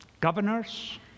governors